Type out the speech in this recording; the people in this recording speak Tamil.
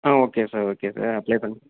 ஆ okay sir okay sir apply பண்ணி